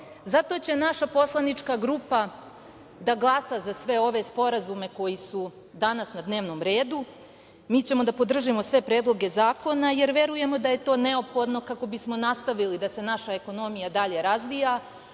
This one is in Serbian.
Zato će naša poslanička grupa da glasa za sve ove sporazume koji su danas na dnevnom redu. Mi ćemo da podržimo sve predloge zakona, jer verujemo da je to neophodno kako bismo nastavili da se naša ekonomija dalje razvija,